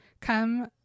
come